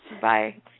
Bye